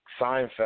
Seinfeld